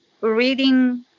reading